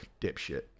Dipshit